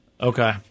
Okay